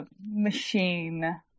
machine